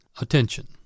attention